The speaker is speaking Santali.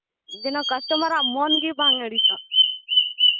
ᱡᱮᱱᱚ ᱠᱟᱥᱴᱚᱢᱟᱨᱟᱜ ᱢᱚᱱᱜᱮ ᱵᱟᱝ ᱟᱹᱲᱤᱥᱚᱜ